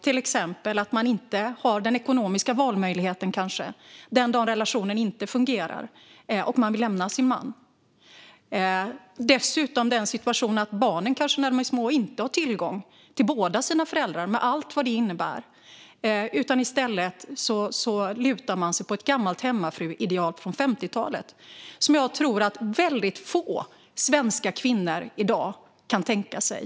Till exempel kanske man inte har den ekonomiska valmöjligheten den dag relationen inte fungerar och man vill lämna sin man. Det kan dessutom leda till att barnen när de är små inte har tillgång till båda sina föräldrar, med allt vad det innebär. I stället lutar man sig mot ett gammalt hemmafruideal från 50-talet som jag tror att väldigt få svenska kvinnor i dag kan tänka sig.